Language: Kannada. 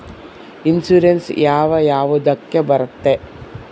ಇನ್ಶೂರೆನ್ಸ್ ಯಾವ ಯಾವುದಕ್ಕ ಬರುತ್ತೆ?